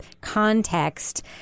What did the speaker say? context